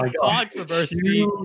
Controversy